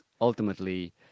ultimately